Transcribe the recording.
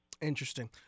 Interesting